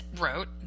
Wrote